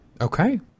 Okay